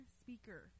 speaker